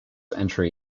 entry